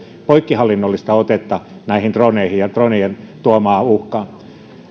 poikkihallinnollista otetta näihin droneihin ja dronejen tuomaan uhkaan